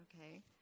Okay